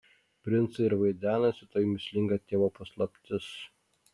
princui ir vaidenasi toji mįslinga tėvo paslaptis